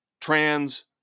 trans